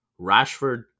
Rashford